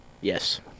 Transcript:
yes